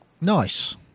Nice